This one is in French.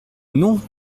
non